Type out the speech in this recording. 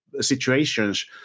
situations